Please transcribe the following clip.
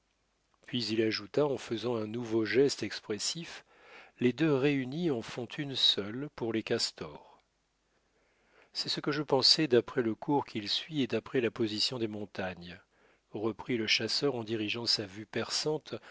puis il ajouta en faisant un nouveau geste expressif les deux réunies en font une seule pour les castors c'est ce que je pensais d'après le cours qu'il suit et d'après la position des montagnes reprit le chasseur en dirigeant sa vue perçante